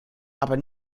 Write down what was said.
aber